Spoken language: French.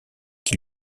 qui